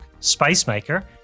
Spacemaker